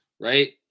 right